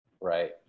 right